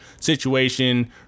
situation